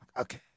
Okay